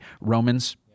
Romans